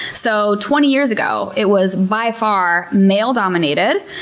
so twenty years ago, it was by far, male dominated.